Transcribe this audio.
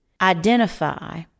identify